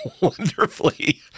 wonderfully